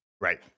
Right